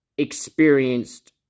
Experienced